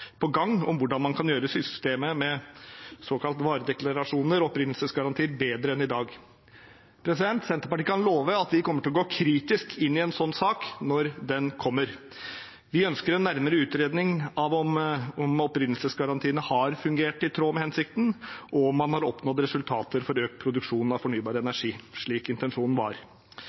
på gang om hvordan man kan gjøre systemet med såkalte varedeklarasjoner og opprinnelsesgarantier bedre enn i dag. Senterpartiet kan love at vi kommer til å gå kritisk inn i en slik sak når den kommer. Vi ønsker en nærmere utredning av om opprinnelsesgarantiene har fungert i tråd med hensikten, og om man har oppnådd resultater for økt produksjon av fornybar energi, slik intensjonen var.